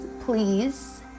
please